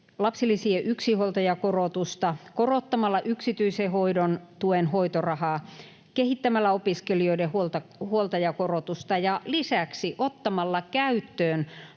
lapsilisien yksinhuoltajakorotusta, korottamalla yksityisen hoidon tuen hoitorahaa, kehittämällä opiskelijoiden huoltajakorotusta ja lisäksi ottamalla käyttöön